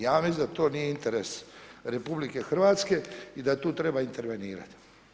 Ja mislim da to nije interes RH i da tu treba intervenirati.